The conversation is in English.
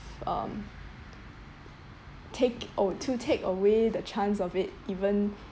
um take oh to take away the chance of it even